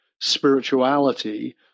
spirituality